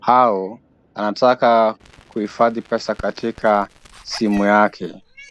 au anataka kuhifadhi pesa katika simu yake.